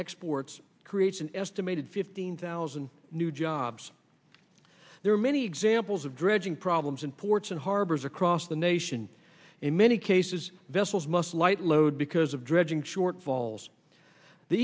exports creates an estimated fifteen thousand new jobs there are many examples of dredging problems in ports and harbors across the nation in many cases vessels must light load because of dredging shortfalls the